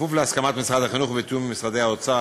בכפוף להסכמת משרד החינוך ובתיאום עם משרדי האוצר,